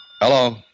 Hello